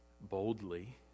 boldly